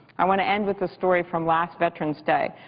i want to end with a story from last veterans day.